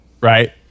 Right